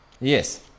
Yes